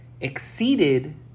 exceeded